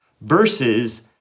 versus